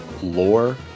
lore